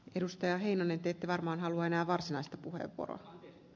edustaja heinonen te ette varmaan halua enää varsinaista puheenvuoroa